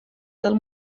del